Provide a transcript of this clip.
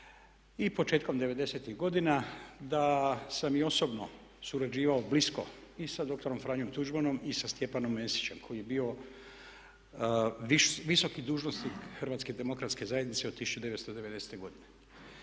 i početkom 90.-tih godina da sam i osobno surađivao blisko i sa doktorom Franjom Tuđmanom i sa Stjepanom Mesićem koji je bio visoki dužnosnik HDZ-a od 1990.-te godine.